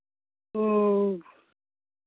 ᱦᱮᱸ